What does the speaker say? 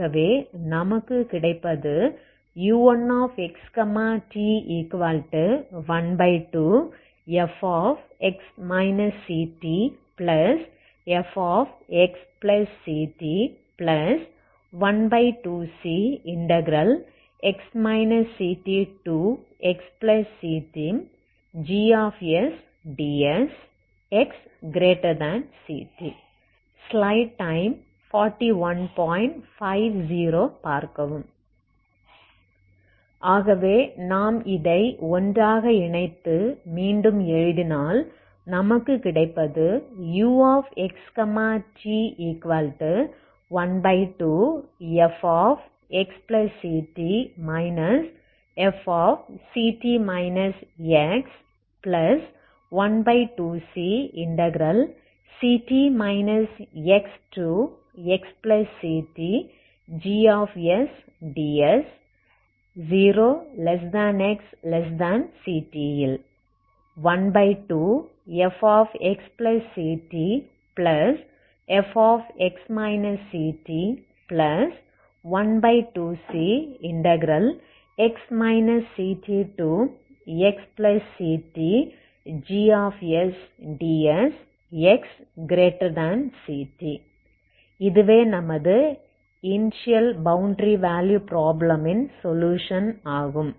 ஆகவே நமக்கு கிடைப்பது u1xt12fx ctfxct12cx ctxctgsds xct ஆகவே நாம் இதை ஒன்றாக இணைத்து மீண்டும் எழுதினால் நமக்கு கிடைப்பது uxt12fxct fct x12cct xxctgsds 0xct 12fxctfx ct12cx ctxctgsds xct இதுவே நமது இனிஷியல் பௌண்டரி வேலுயு ப்ராப்ளமின் சொலுயுஷன் ஆகும்